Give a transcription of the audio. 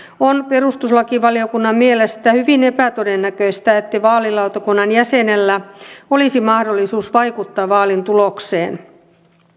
on perustuslakivaliokunnan mielestä hyvin epätodennäköistä että vaalilautakunnan jäsenellä olisi mahdollisuus vaikuttaa vaalin tulokseen